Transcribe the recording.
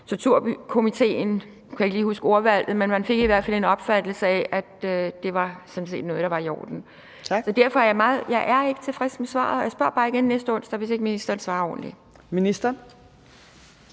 man fik i hvert fald en opfattelse af, at det sådan set var noget, der var i orden. Jeg er ikke tilfreds med svaret, og jeg spørger bare igen næste onsdag, hvis ikke ministeren svarer ordentligt. Kl.